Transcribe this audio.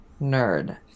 nerd